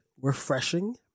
refreshing